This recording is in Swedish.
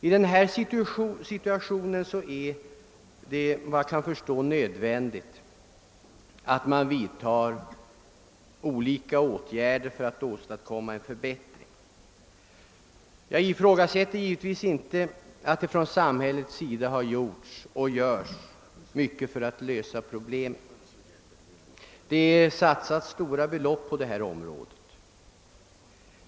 I denna situation är det, efter vad jag kan förstå, nödvändigt att vidta åtgärder för att åstadkomma en förbättring. Samhället har gjort och gör mycket för att lösa problemet; stora belopp har satsats.